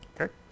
Okay